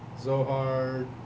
Zohar